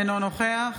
אינו נוכח